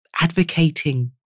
advocating